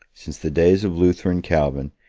since the days of luther and calvin,